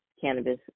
cannabis